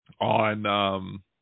on –